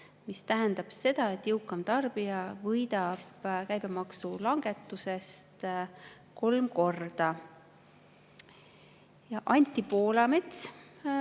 mis tähendab seda, et jõukam tarbija võidab käibemaksu langetusest kolm korda rohkem.